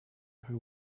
who